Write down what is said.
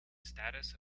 status